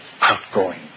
Outgoing